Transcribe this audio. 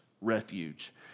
refuge